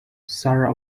sarah